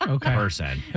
person